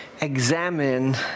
Examine